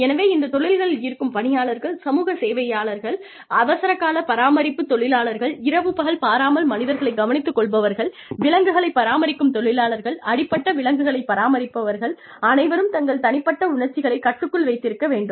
எனவே இந்த தொழில்களில் இருக்கும் பணியாளர்கள் சமூக சேவையாளர்கள் அவசரக்கால பராமரிப்பு தொழிலாளர்கள் இரவு பகல் பாராமல் மனிதர்களை கவனித்துக் கொள்பவர்கள் விலங்குகளைப் பராமரிக்கும் தொழிலாளர்கள் அடிபட்ட விலங்குகளைப் பராமரிப்பவர்கள் அனைவரும் தங்கள் தனிப்பட்ட உணர்ச்சிகளைக் கட்டுக்குள் வைத்திருக்க வேண்டும்